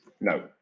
no